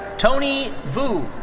tony vu.